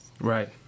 Right